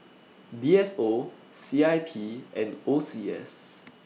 D S O C I P and O C S